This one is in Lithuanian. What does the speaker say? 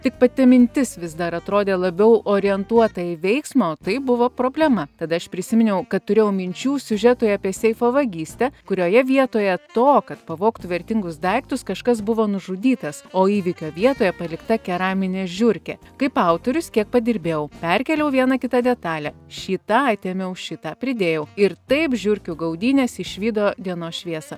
tik pati mintis vis dar atrodė labiau orientuota į veiksmą o tai buvo problema tada aš prisiminiau kad turėjau minčių siužetui apie seifo vagystę kurioje vietoje to kad pavogtų vertingus daiktus kažkas buvo nužudytas o įvykio vietoje palikta keraminė žiurkė kaip autorius kiek padirbėjau perkėliau vieną kitą detalę šį tą atėmiau šį tą pridėjau ir taip žiurkių gaudynės išvydo dienos šviesą